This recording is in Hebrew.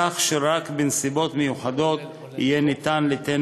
כך שרק בנסיבות מיוחדות יהא ניתן ליתן